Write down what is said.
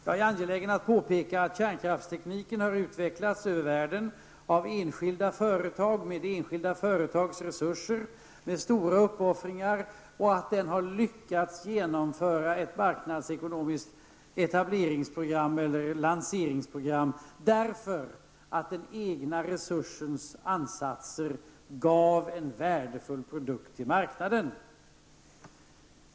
Jag är angelägen att påpeka att kärnkraftstekniken har utvecklats över världen av enskilda företag och med enskilda företags resurser. Med stora uppoffringar har man lyckats att genomföra ett marknadsekonomiskt lanseringsprogram därför att den egna resursens ansatser gav en värdefull produkt till marknaden.